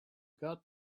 got